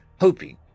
hoping